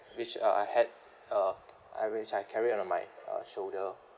which uh I had uh I mean I carry on my uh shoulder